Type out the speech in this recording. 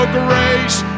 grace